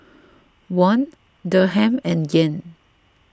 Won Dirham and Yen